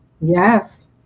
Yes